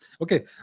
Okay